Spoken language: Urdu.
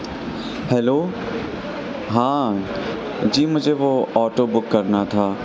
ہلو ہاں جی مجھے وہ آٹو بک کرنا تھا